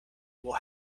will